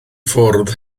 ffwrdd